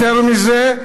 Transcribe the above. יותר מזה,